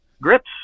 grips